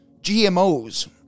gmos